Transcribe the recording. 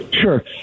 Sure